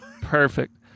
Perfect